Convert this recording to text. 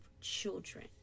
children